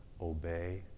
obey